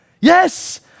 Yes